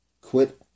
quit